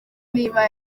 niba